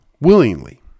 willingly